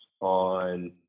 on